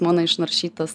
mano išnaršytas